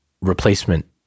replacement